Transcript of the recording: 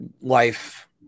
life